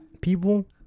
people